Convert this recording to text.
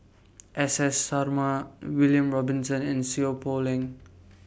S S Sarma William Robinson and Seow Poh Leng